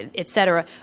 and et cetera.